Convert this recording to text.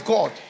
God